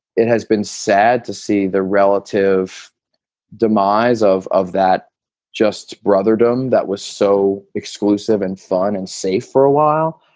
it has been sad to see the relative demise of of that just brother adam that was so exclusive and fun and safe for a while,